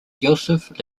joseph